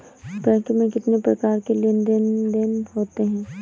Bank में कितनी प्रकार के लेन देन देन होते हैं?